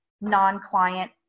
non-client